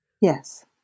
Yes